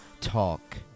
Talk